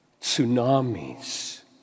tsunamis